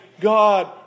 God